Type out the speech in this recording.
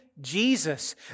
Jesus